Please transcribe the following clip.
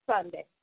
Sunday